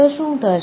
તો શું થશે